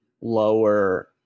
lower